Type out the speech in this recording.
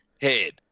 head